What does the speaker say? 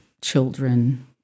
children